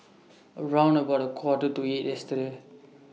around about A Quarter to eight yesterday